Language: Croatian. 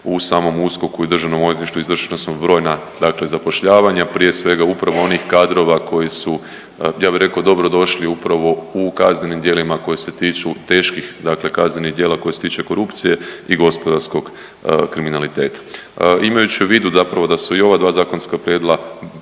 u samom USKOK-u i Državnom odvjetništvu izvršena su brojna dakle zapošljavanja. Prije svega upravo onih kadrova koji su ja bih rekao dobro došli upravo u kaznenim djelima koji se tiču teških dakle kaznenih djela koji se tiču korupcije i gospodarskog kriminaliteta. Imajući u vidu zapravo da su i ova dva zakonska prijedloga